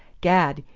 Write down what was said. gad,